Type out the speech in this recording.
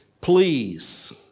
Please